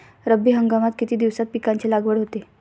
रब्बी हंगामात किती दिवसांत पिकांची लागवड होते?